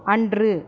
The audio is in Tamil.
அன்று